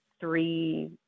three